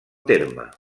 terme